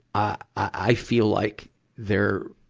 i, i feel like there,